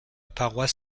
paroisse